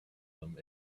them